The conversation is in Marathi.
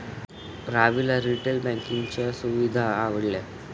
रविला रिटेल बँकिंगच्या सुविधा आवडल्या